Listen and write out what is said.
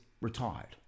retired